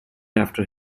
after